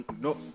no